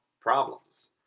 problems